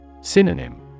Synonym